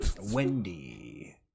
Wendy